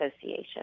Association